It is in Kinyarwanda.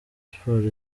sports